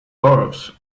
boroughs